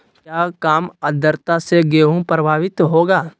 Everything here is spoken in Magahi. क्या काम आद्रता से गेहु प्रभाभीत होगा?